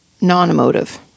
non-emotive